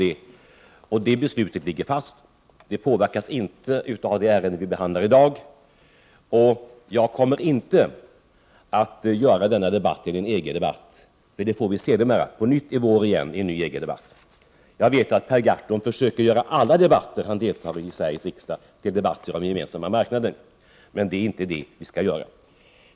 Detta beslut ligger fast och påverkas inte av det ärende som vi behandlar i dag. Jag kommer inte att göra denna debatt till en EG-debatt. Vi får sedermera en ny EG-debatt i vår. Jag vet att Per Gahrton försöker göra alla debatter som han i Sveriges riksdag deltar i till debatter om den gemensamma marknaden, men det är inte så vi skall göra.